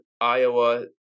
Iowa